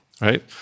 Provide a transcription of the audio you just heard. Right